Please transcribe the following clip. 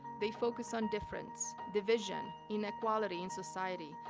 they focus on difference, division, inequality in society.